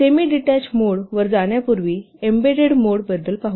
semidetached mode वर जाण्यापूर्वी embedded mode बद्दल पाहू